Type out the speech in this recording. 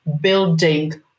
building